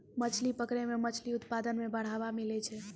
मछली पकड़ै मे मछली उत्पादन मे बड़ावा मिलै छै